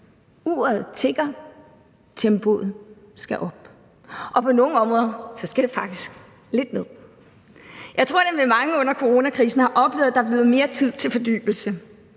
Uret tikker, tempoet skal op. Kl. 14:27 På nogle områder skal det faktisk lidt ned. Jeg tror nemlig, at mange under coronakrisen har oplevet, at der er blevet mere tid til fordybelse,